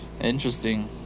interesting